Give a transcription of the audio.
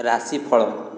ରାଶିଫଳ